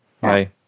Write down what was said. Bye